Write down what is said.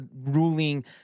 ruling